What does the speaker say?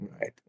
right